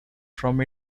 from